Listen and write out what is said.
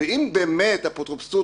ואם באמת אפוטרופסות,